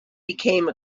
became